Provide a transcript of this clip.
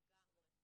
לגמרי.